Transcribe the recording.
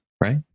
Right